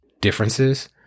differences